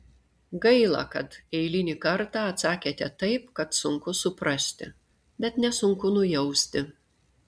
gaila kad eilinį kartą atsakėte taip kad sunku suprasti bet nesunku nujausti